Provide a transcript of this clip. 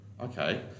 okay